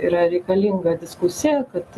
yra reikalinga diskusija kad